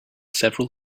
several